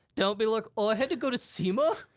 don't be like, oh, i had to go to sema.